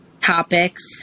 topics